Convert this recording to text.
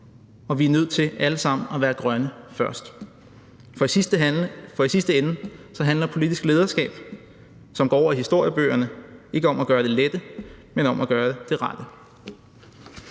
og vi er nødt til alle sammen at være grønne først. For i sidste ende handler politisk lederskab, som går over i historiebøgerne, ikke om at gøre det lette, men om at gøre det rette.